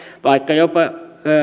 vaikka jopa